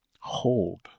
hold